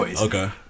okay